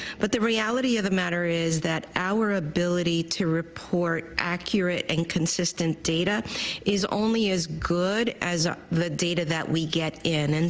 but the reality of the matter is that our ability to report accurate and consistent data is only as good as ah the data that we get in. and